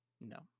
No